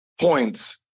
points